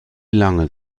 lange